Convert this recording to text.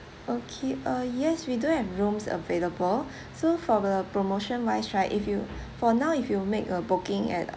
okay uh yes we do have rooms available so for the promotion wise right if you for now if you make a booking at